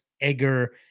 Egger